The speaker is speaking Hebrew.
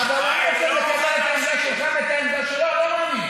לקבל את העמדה שלך ואת העמדה שלו?